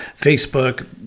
Facebook